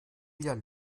wieder